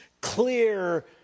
clear